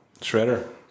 Shredder